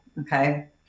okay